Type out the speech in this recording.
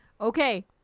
Okay